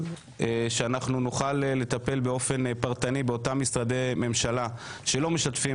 שיאמר שאותם משרדי ממשלה שלא משתפים